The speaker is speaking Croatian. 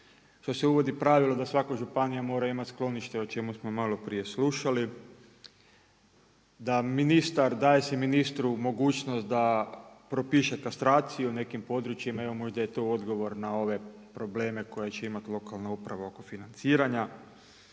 što se uvodi pravilo da svaka županija mora imati sklonište, o čemu smo maloprije slušali, daje se ministru mogućnost da propiše kastraciju u nekim područjima, evo možda je to odgovor na ove probleme koje će imati lokalna uprava oko financiranja.